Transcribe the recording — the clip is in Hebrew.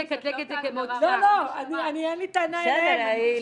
אין לי טענה אליהם.